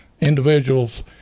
individuals